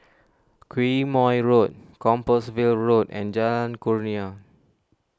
Quemoy Road Compassvale Road and Jalan Kurnia